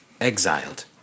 exiled